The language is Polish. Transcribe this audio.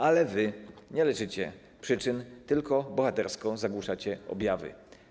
Ale wy nie leczycie przyczyn tylko bohatersko zagłuszacie objawy.